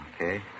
Okay